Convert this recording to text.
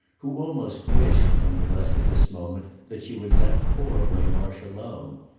who almost wished none the less at this moment that she would let poor waymarsh alone.